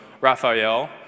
Raphael